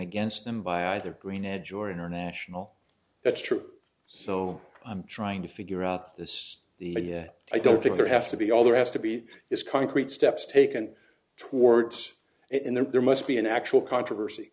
against them by either green edge or international that's true so i'm trying to figure out this the i don't think there has to be all there has to be is concrete steps taken towards it and there must be an actual controversy